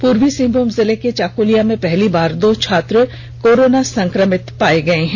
पूर्वी सिंहभूम जिले के चाकुलिया में पहली बार दो छात्र कोरोना संक्रमित पाए गये हैं